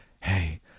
hey